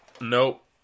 nope